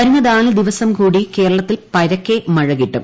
വരുന്ന നാല് ദിവസം കൂടി കേരളത്തിൽ പരക്കെ മഴ കിട്ടും